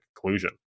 conclusion